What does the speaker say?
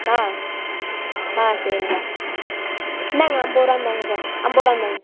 ஆ ஆ சரிக்கா இந்தாங்க ஐம்பது ரூபா இந்தாங்கக்கா ஐம்பது ரூபா இந்தாங்க